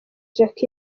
jack